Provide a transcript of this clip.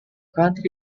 country